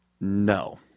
No